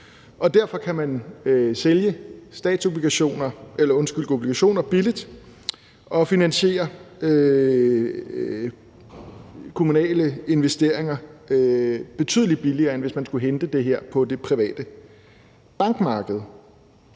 Derfor kan man sælge obligationer billigt og finansiere kommunale investeringer betydelig billigere, end hvis man skulle hente det her på det private bankmarked.